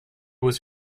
was